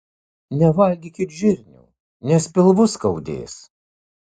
nevalgykit žirnių nes pilvus skaudės